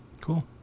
cool